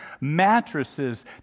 mattresses